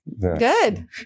Good